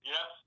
Yes